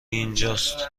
اینجاست